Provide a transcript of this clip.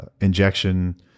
injection